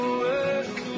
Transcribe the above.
work